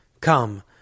Come